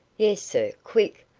yes, sir quick!